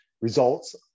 results